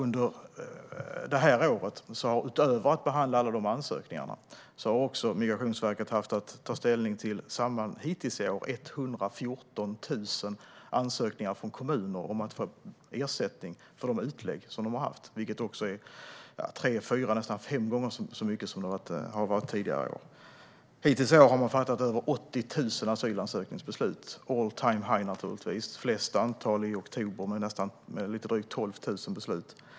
Migrationsverket har - utöver att behandla dessa ansökningar - hittills i år haft att ta ställning till 114 000 ansökningar från kommuner om ersättning för de utlägg som de har haft, vilket är nästan fem gånger så många som det har varit under tidigare år. Hittills i år har Migrationsverket fattat över 80 000 asylansökningsbeslut - all-time-high. De flesta beslut, 12 000, har fattats i oktober.